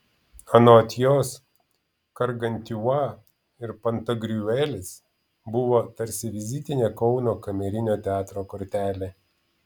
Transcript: anot jos gargantiua ir pantagriuelis buvo tarsi vizitinė kauno kamerinio teatro kortelė